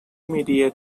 media